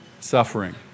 Suffering